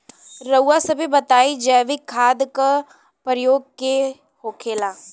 रउआ सभे बताई जैविक खाद क प्रकार के होखेला?